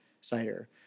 cider